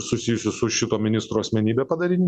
susijusių su šito ministro asmenybe padarinys